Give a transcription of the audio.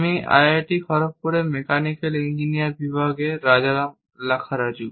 আমি আইআইটি খড়গপুরের mechanical engineering বিভাগের রাজারাম লাক্ষারাজু